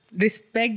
respect